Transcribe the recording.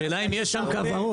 השאלה אם יש שם כוורות.